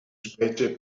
specie